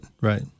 right